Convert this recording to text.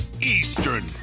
Eastern